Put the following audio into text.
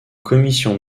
commission